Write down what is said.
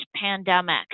pandemic